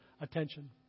attention